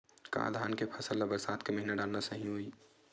का धान के फसल ल बरसात के महिना डालना सही होही?